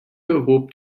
hob